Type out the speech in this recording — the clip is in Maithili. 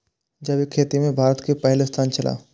जैविक खेती में भारत के पहिल स्थान छला